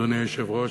אדוני היושב-ראש,